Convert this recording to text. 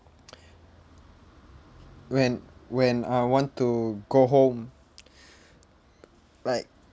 when when I want to go home like